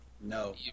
No